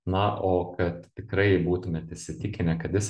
na o kad tikrai būtumėt įsitikinę kad jis